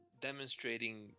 demonstrating